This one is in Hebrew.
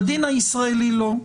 בדין הישראלי לא.